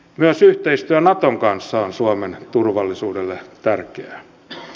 myös yhteistyö naton kanssa on suomen turvallisuudelle tärkeää